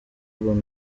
urban